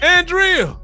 Andrea